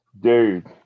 Dude